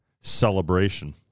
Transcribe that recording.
celebration